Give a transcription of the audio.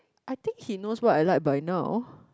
I think he know what I like by now